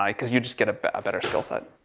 um because you just get a, a better skill set.